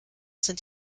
sind